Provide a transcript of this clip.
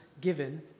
given